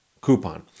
coupon